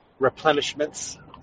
replenishments